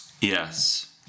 Yes